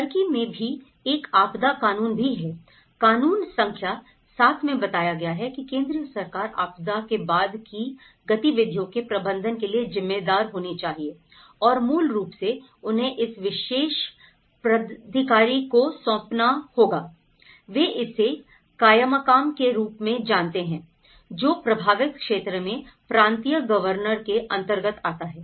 Turkey में भी एक आपदा कानून भी है कानून संख्या 7 में बताया गया है कि केंद्रीय सरकार आपदा के बाद की गतिविधियों के प्रबंधन के लिए जिम्मेदार होनी चाहिए और मूल रूप से उन्हें इस विशेष प्राधिकारी को सौंपना होगा वे इसे कायमक्कम के रूप में जानते हैं जो प्रभावित क्षेत्र में प्रांतीय गवर्नर के अंतर्गत आता है